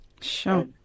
Sure